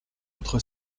autre